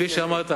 כפי שאמרת,